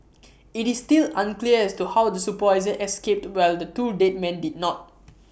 IT is still unclear as to how the supervisor escaped while the two dead men did not